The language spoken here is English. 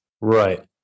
right